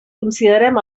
considerem